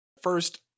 First